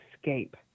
escape